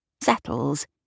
settles